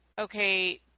okay